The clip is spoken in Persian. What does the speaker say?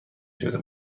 شده